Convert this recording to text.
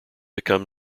become